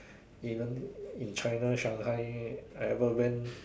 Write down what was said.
even in China Shanghai I ever went